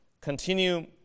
continue